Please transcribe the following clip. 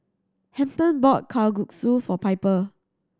Hampton bought Kalguksu for Piper